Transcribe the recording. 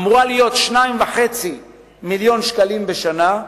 אמורה להיות 2.5 מיליוני שקלים בשנה,